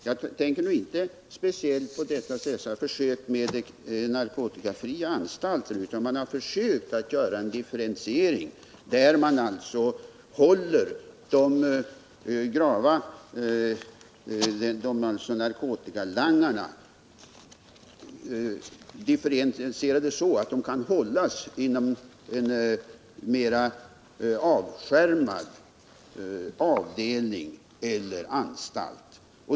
Jag tänker inte speciellt på försöken med narkotikafria anstalter utan på försöken att göra en differentiering, så att narkotikalangarna kan hållas inom en mera avskärmad avdelning eller anstalt.